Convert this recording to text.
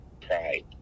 pride